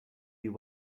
you